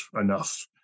enough